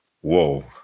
whoa